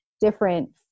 different